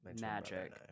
Magic